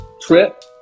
trip